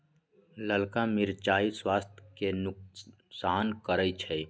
ललका मिरचाइ स्वास्थ्य के नोकसान करै छइ